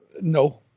No